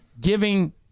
giving